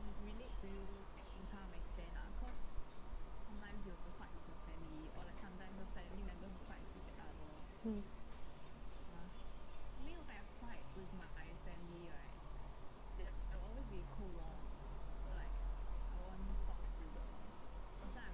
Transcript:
mm